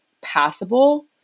passable